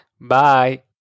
Bye